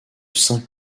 saint